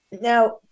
Now